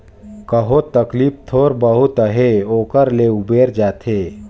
कहो तकलीफ थोर बहुत अहे ओकर ले उबेर जाथे